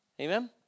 Amen